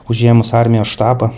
užėmus armijos štabą